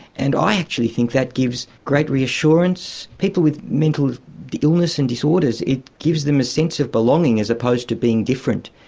and i actually think that gives great reassurance. people with mental illness and disorders it gives them a sense of belonging as opposed to being different.